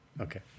Okay